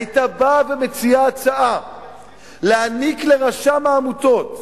היתה באה ומציעה הצעה להעניק לרשם העמותות,